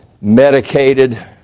medicated